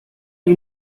you